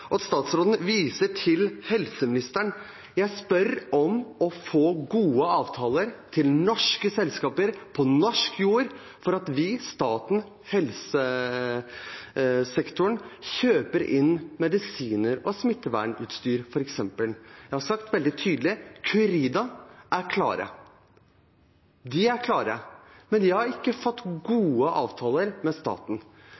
Statsråden viser til helseministeren. Jeg spør om å få gode avtaler til norske selskaper på norsk jord fordi vi – staten, helsesektoren – kjøper inn medisiner og smittevernutstyr, f.eks. Jeg har sagt veldig tydelig at Curida er klare. De er klare, men de har ikke fått